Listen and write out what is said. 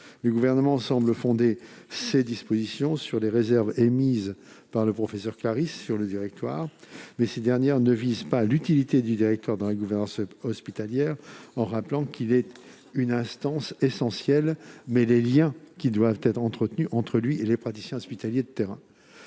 Le Gouvernement semble fonder les dispositions qu'il propose sur les réserves émises par le professeur Claris sur le directoire. Or celles-ci visent non pas l'utilité du directoire dans la gouvernance hospitalière- il est rappelé que c'est une « instance essentielle »-, mais les liens qui doivent être entretenus entre lui et les praticiens hospitaliers de terrain.